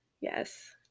Yes